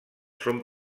són